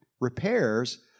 repairs